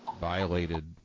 violated